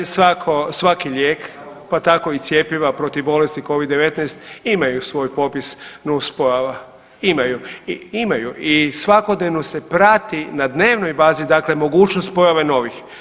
Svaki lijek pa tako i cjepiva protiv bolesti covid-19, imaju svoj popis nuspojava, imaju i svakodnevno se prati na dnevnoj bazi, dakle mogućnost pojave novih.